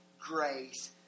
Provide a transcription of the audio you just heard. grace